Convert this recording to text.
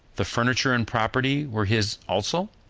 the furniture and property were his also?